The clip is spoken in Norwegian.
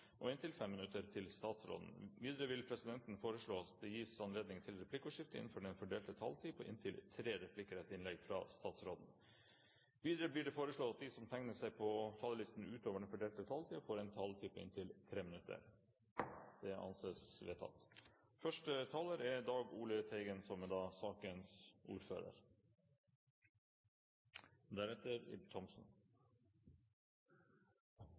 og inntil 5 minutter til statsråden. Videre vil presidenten foreslå at det gis anledning til replikkordskifte på inntil tre replikker med svar etter innlegget fra statsråden innenfor den fordelte taletid. Videre blir det foreslått at de som måtte tegne seg på talerlisten utover den fordelte taletid, får en taletid på inntil 3 minutter. – Det anses vedtatt. Saken vi nå skal behandle, er